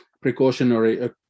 precautionary